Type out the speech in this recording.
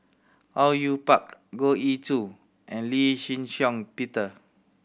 Au Yue Pak Goh Ee Choo and Lee Shih Shiong Peter